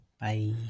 Bye